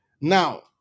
Now